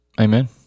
Amen